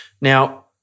Now